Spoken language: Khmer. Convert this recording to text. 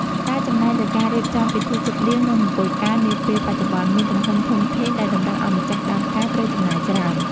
ការចំណាយលើការរៀបចំពិធីជប់លៀងនិងមង្គលការនាពេលបច្ចុប្បន្ន មានទំហំធំធេងដែលតម្រូវឱ្យម្ចាស់ដើមការត្រូវចំណាយច្រើន។